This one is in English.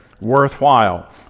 worthwhile